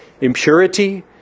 impurity